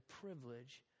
privilege